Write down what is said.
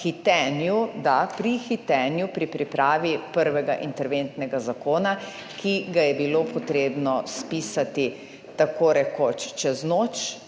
hitenju pri pripravi prvega interventnega zakona, ki ga je bilo potrebno spisati tako rekoč čez noč.